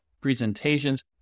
presentations